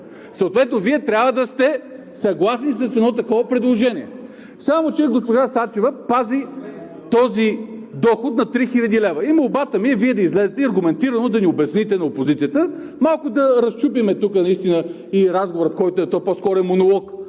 Съответно Вие трябва да сте съгласни с едно такова предложение, само че госпожа Сачева пази този доход на 3000 лв. Молбата ми е Вие да излезете и аргументирано да обясните на опозицията – малко да разчупим наистина разговора, но по-скоро е монолог